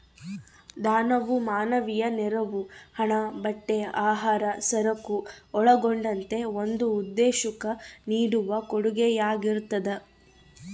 ದಾನವು ಮಾನವೀಯ ನೆರವು ಹಣ ಬಟ್ಟೆ ಆಹಾರ ಸರಕು ಒಳಗೊಂಡಂತೆ ಒಂದು ಉದ್ದೇಶುಕ್ಕ ನೀಡುವ ಕೊಡುಗೆಯಾಗಿರ್ತದ